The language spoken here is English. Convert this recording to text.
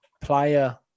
player